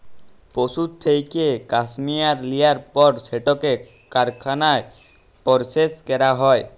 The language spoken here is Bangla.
পশুর থ্যাইকে ক্যাসমেয়ার লিয়ার পর সেটকে কারখালায় পরসেস ক্যরা হ্যয়